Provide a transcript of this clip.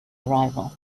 arrival